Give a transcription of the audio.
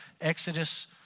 Exodus